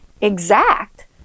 exact